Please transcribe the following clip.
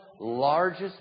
largest